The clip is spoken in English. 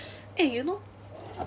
eh you know